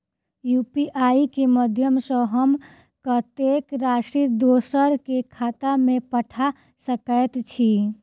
UPI केँ माध्यम सँ हम कत्तेक राशि दोसर केँ खाता मे पठा सकैत छी?